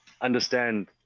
understand